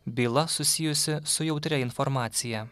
byla susijusi su jautria informacija